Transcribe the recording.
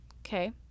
Okay